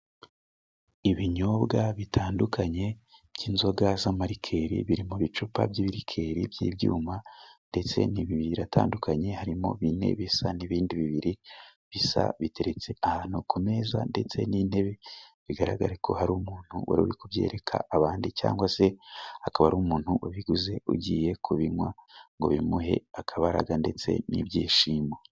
Ibinyobwa bitandukanye by'inzoga z'amarikeli biri mu bicupa by'ibirikeri by'ibyuma ndetse biratandukanye harimo bine bisa ,n'ibindi bibiri bisa ,biteretse ahantu ku meza ndetse n'intebe bigaragarara ko hari umuntu wari uri kubyereka abandi cyangwa se akaba ari umuntu ubiguze ,agiye kubinywa kugira ngo bimuhe akabaraga ndetse n'ibyishimo.